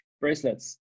bracelets